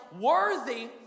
worthy